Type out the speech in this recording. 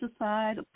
aside